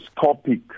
topic